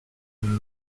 une